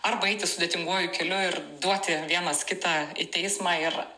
arba eiti sudėtinguoju keliu ir duoti vienas kitą į teismą ir